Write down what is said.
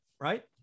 Right